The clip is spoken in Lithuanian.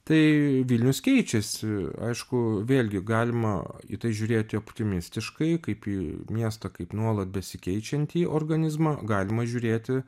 tai vilnius keičiasi aišku vėlgi galima į tai žiūrėti optimistiškai kaip į miestą kaip nuolat besikeičiantį organizmą galima žiūrėti